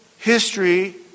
History